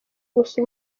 gusa